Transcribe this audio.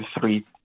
three